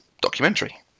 documentary